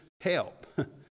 help